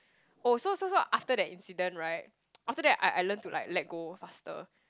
oh so so so after that incident right after that I I learnt to like let go faster